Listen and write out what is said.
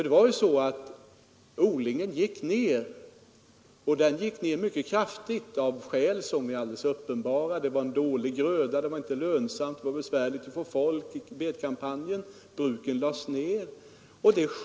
Det var ju så att odlingen gick ned ganska kraftigt av skäl som är alldeles uppenbara, det var dålig gröda, det var inte lönsamt, det var besvärligt att få folk i betkampanjen och bruken lades ned.